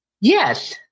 yes